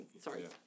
Sorry